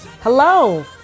Hello